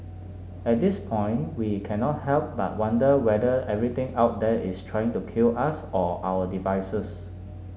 at this point we cannot help but wonder whether everything out there is trying to kill us or our devices